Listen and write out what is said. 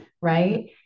Right